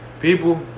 People